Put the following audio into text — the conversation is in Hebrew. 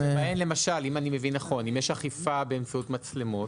אם אני מבין נכון, אם יש אכיפה באמצעות מצלמות.